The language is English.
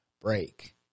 break